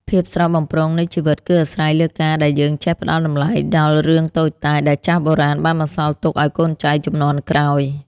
ភាពស្រស់បំព្រងនៃជីវិត គឺអាស្រ័យលើការដែលយើងចេះផ្តល់តម្លៃដល់រឿងតូចតាចដែលចាស់បុរាណបានបន្សល់ទុកឱ្យកូនចៅជំនាន់ក្រោយ។